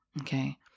okay